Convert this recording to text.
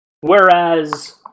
Whereas